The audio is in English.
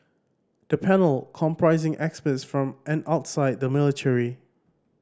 the panel comprising experts from and outside the military